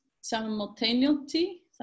simultaneity